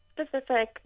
specific